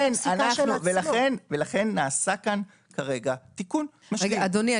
לכן נעשה כאן כרגע תיקון משלים --- אדוני,